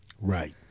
Right